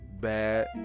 bad